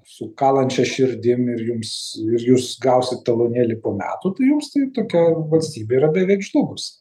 su kalančia širdim ir jums ir jūs gausit talonėlį po metų tai jums tai tokia valstybė yra beveik žlugus